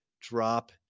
drop